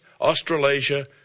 Australasia